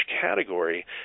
category